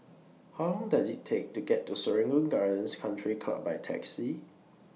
How Long Does IT Take to get to Serangoon Gardens Country Club By Taxi